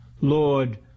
Lord